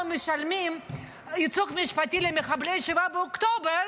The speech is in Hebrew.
משלמים על ייצוג משפטי למחבלי 7 באוקטובר